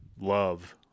love